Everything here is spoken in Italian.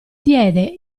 diede